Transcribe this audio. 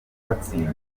batsinda